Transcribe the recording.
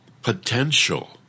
Potential